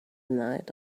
night